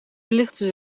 belichten